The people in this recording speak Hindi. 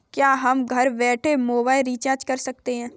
क्या हम घर बैठे मोबाइल रिचार्ज कर सकते हैं?